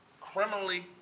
criminally